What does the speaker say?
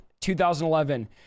2011